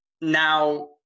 Now